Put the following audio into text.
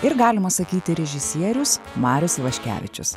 ir galima sakyti režisierius marius ivaškevičius